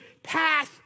pass